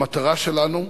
המטרה שלנו,